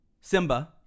Simba